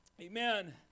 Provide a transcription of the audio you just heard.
Amen